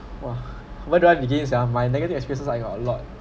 !wah! what do I begin sia my negative experiences I got a lot